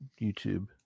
YouTube